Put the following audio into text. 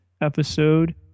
episode